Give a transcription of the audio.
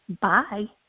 Bye